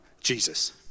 Jesus